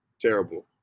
Terrible